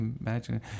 Imagine